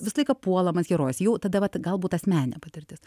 visą laiką puolamas herojus jau tada vat gal būt asmeninė patirtis